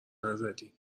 نزدیم